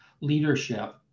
leadership